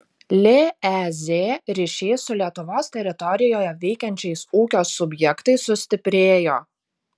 lez ryšys su lietuvos teritorijoje veikiančiais ūkio subjektais sustiprėjo